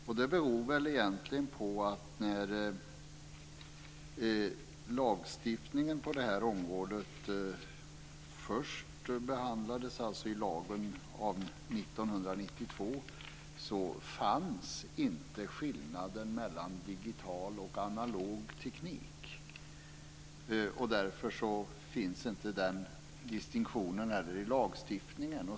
Egentligen beror det kanske på att när lagstiftningen på området först behandlades - det gäller alltså lagen av år 1992 - fanns inte skillnaden mellan digital och analog teknik. Därför finns inte den distinktionen heller i lagstiftningen.